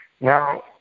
Now